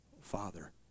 Father